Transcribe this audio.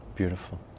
Beautiful